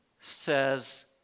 says